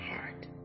heart